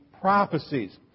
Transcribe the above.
prophecies